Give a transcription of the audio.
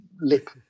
lip